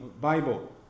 Bible